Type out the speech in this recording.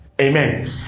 amen